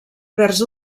vers